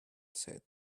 said